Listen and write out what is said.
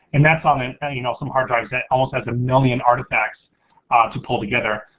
and that's on and and you know some hard drives that also has a million artifacts to pull together.